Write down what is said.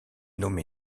nommé